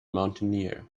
mountaineer